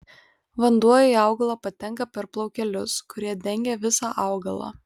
vanduo į augalą patenka per plaukelius kurie dengia visą augalą